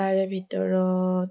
তাৰে ভিতৰত